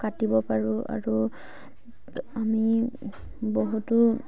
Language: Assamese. কাটিব পাৰোঁ আৰু আমি বহুতো